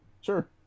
Sure